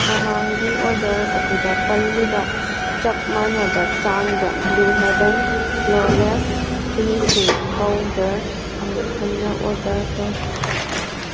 ꯃꯃꯥꯡꯒꯤ ꯑꯣꯔꯗꯔ ꯑꯗꯨꯗ ꯄꯜꯂꯤꯕ ꯆꯞ ꯃꯥꯅꯕ ꯆꯥꯡꯗ Blue Heaven flawless finishing powder ꯑꯃꯨꯛ ꯍꯟꯅ ꯑꯣꯔꯗꯔ ꯇꯧ